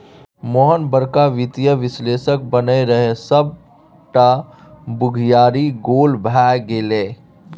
मोहन बड़का वित्तीय विश्लेषक बनय रहय सभटा बुघियारी गोल भए गेलै